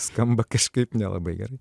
skamba kažkaip nelabai gerai